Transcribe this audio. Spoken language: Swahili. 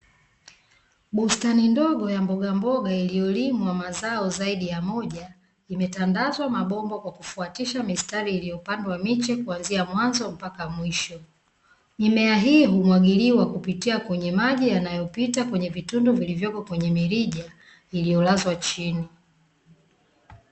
Bustani ndogo ya mbogamboga iliyolimwa mazao zaidi ya moja, imetandazwa mabomba kwa kufatisha mistari iliyopandwa miche kuanzia mwanzo mpaka mwisho, mimea hii humwagikiwa kupitia kwenye maji yanayopita kwenye vitundu vilivyopo kwenye mirija ikiyolazwa chini.